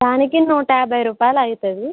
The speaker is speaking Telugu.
దానికి నూట యాభై రూపాయలు అవుతుంది